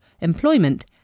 employment